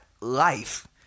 life